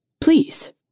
please